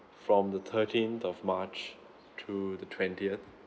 from the thirteenth of march to the twentieth